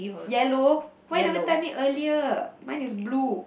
yellow why never tell me earlier mine is blue